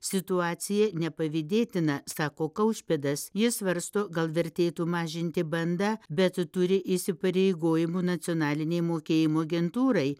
situacija nepavydėtina sako kaušpėdas jis svarsto gal vertėtų mažinti bandą bet turi įsipareigojimų nacionalinei mokėjimų agentūrai